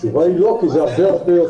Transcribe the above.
התשובה היא לא כי יהיו הרבה יותר.